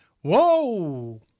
Whoa